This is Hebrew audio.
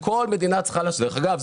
דרך אגב,